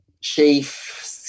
chief